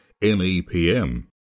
NEPM